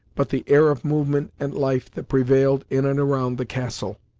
but the air of movement and life that prevailed in and around the castle.